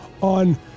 on